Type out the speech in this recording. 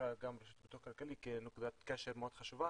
בקרה וגם בהיבט הכלכלי כנקודת קשר מאוד חשובה